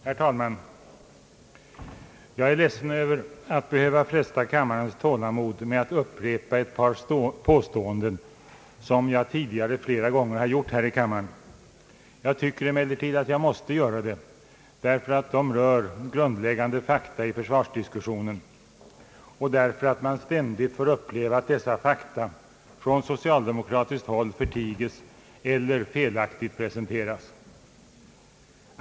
Herr talman! Jag är ledsen över att behöva fresta kammarens tålamod med att upprepa ett par påståenden som jag tidigare flera gånger har gjort här i kammaren. Jag tycker emellertid att jag måste göra det därför att de rör grundläggande fakta i försvarsdiskussionen och därför att man ständigt får uppleva att dessa fakta från socialdemokratiskt håll förtiges eller felaktigt presenteras.